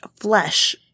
flesh